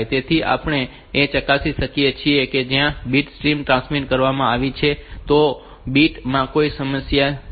તેથી આપણે એ ચકાસી શકીએ છીએ કે ત્યાં જે બીટ સ્ટ્રીમ ટ્રાન્સમિટ કરવામાં આવી છે તે બીટ માં કોઈક સમસ્યા છે